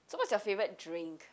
so what's your favorite drink